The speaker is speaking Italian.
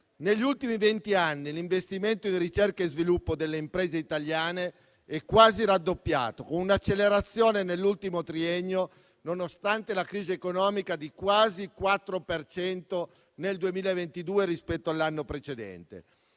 Negli ultimi vent'anni l'investimento in ricerca e sviluppo delle imprese italiane è quasi raddoppiato, con un'accelerazione nell'ultimo triennio, nonostante la crisi economica, di quasi il quattro per cento nel 2022 rispetto all'anno precedente.